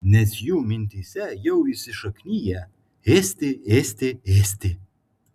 nes jų mintyse jau įsišakniję ėsti ėsti ėsti